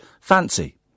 fancy